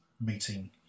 meeting